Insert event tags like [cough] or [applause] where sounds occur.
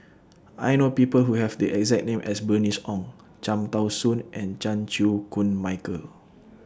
I know People Who Have The exact name as Bernice Ong Cham Tao Soon and Chan Chew Koon Michael [noise]